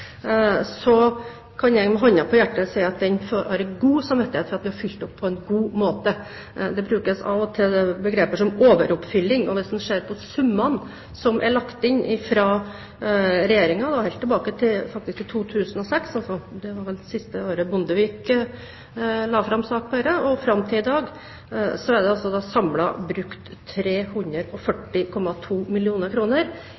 kan jeg med hånden på hjertet si at den har jeg god samvittighet for at vi har oppfylt på en god måte – det brukes av og til begreper som «overoppfylling». Hvis en ser på summene som er lagt inn fra Regjeringens side – helt tilbake til 2005 faktisk, det var vel det siste året Bondevik la fram sak om dette, og fram til i dag – er det